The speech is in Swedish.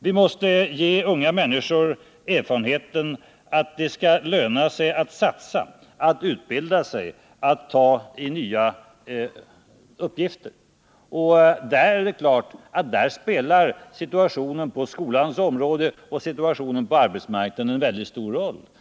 Vi måste ge unga människor erfarenheten att det lönar sig att satsa, att utbilda sig, att ta tag i nya uppgifter. Där spelar situationen på skolans område och situationen på arbetsmarknaden mycket stor roll.